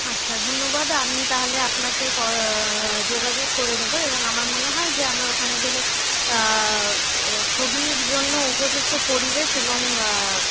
আচ্ছা ধন্যবাদ আমি তাহলে আপনাকে যোগাযোগ করে নেবো এবং আমার মনে হয় যে আমরা ওখানে গেলে ছবির জন্য উপযুক্ত পরিবেশ এবং